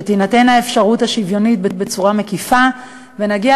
שתינתן האפשרות השוויונית בצורה מקיפה ונגיע